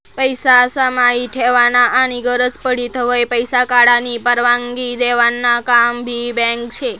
पैसा समाई ठेवानं आनी गरज पडी तव्हय पैसा काढानी परवानगी देवानं काम भी बँक शे